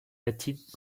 latine